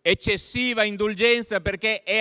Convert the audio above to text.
eccessiva indulgenza perché è